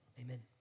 Amen